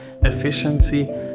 efficiency